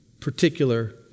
particular